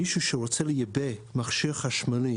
מישהו שרוצה לייבא מכשיר חשמלי